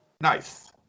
Nice